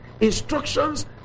Instructions